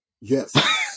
Yes